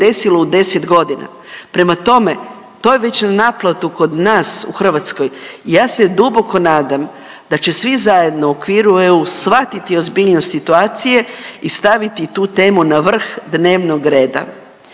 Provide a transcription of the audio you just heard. desilo u 10.g.. Prema tome, to je već na naplatu kod nas u Hrvatskoj i ja se duboko nadam da će svi zajedno u okviru EU shvatiti ozbiljnost situacije i staviti tu temu na vrh dnevnog reda.